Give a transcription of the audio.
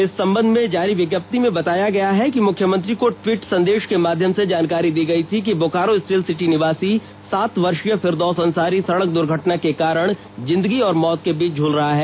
इस संबंध में जारी विज्ञप्ति में बताया गया है कि मुख्यमंत्री को टवीट संदेश के माध्यम से जानकारी दी गयी थी कि बोकारो स्टील सिटी निवासी सात वर्षीय फिरदौश अंसारी सड़क दुर्घटना के कारण जिंदगी और मौत के बीच झूल रहा है